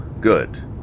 good